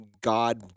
God